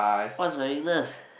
what's my weakness